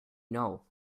know